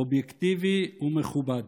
אובייקטיבי ומכובד.